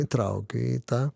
įtraukiu į tą